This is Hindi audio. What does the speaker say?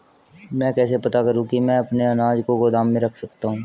मैं कैसे पता करूँ कि मैं अपने अनाज को गोदाम में रख सकता हूँ?